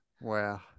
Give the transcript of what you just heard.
Wow